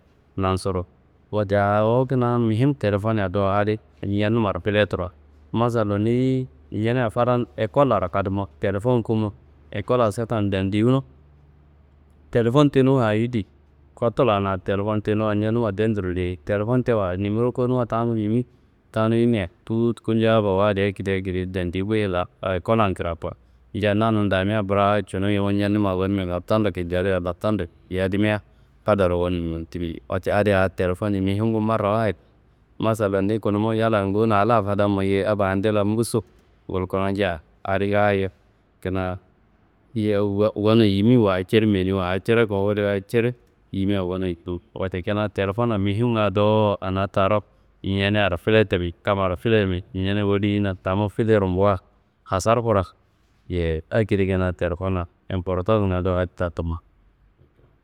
Nansuru wote awo kina muhim telefonna dowo adi, ñennummaro fileturuwa, masallo niyi ñeneya fadan ekollaro kadumo telefon kumo ekollaro sotan dandiwuno. Telefon tenuwa ayi di? Kotulana telefon tenuwa ñennumma dandiro deyi. Telefon tewa nimiro konumma tawunun yimi, tawunun yimia tut kunjia aba wu adi akedi akedi dandikoye lawu ekollan krako ña nanun damia brat cunun yumu ñennumma konimia latando kinjadewa. Latando yadimia fadaro gonun mummu timi, wote adi a telefonneye muhimngu marawayid, masallo ni kulumo yalla ngowon a la fadan mayiyei, aba ande la mbusu gulkono nja adi ngaayo kina yowuwa konun yimi waa ciri meniwa, waa ciri kungodoyi wayi ciri yimiwa goniyi tuk. Wote kina telefonna muhimnga dowo anataro. Ñeneyaro filetiri kammaro filermi, ñene woliyina tamu, filerumbuwa asar kura yeyi akedi kina telefonna importansnga do adi ta tuma.